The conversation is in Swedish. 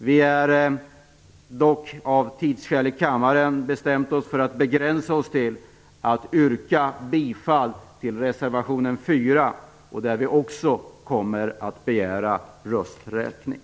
För att spara kammarens tid har vi dock bestämt oss för att begränsa oss till att yrka bifall till reservation 4, där vi också kommer att begära rösträkning.